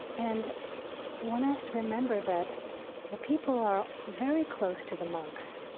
and one has to remember that the people are very close to the monks,